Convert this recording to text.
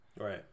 right